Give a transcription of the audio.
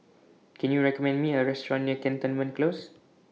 Can YOU recommend Me A Restaurant near Cantonment Close